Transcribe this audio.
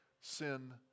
sin